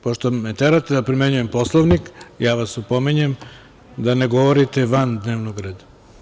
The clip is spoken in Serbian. Pošto me terate da primenjujem Poslovnik, ja vas opominjem da ne govorite van dnevnog reda.